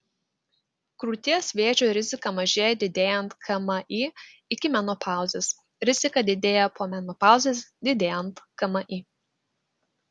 krūties vėžio rizika mažėja didėjant kmi iki menopauzės rizika didėja po menopauzės didėjant kmi